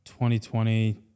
2020